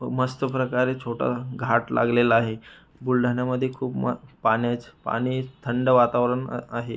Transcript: मस्त प्रकारे छोटा घाट लागलेला आहे बुलढाण्यामध्ये खूप म पाण्याच पाणी थंड वातावरण आ आहे